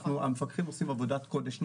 המפקחים עושים עבודת קודש,